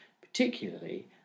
particularly